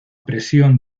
presión